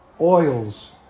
oils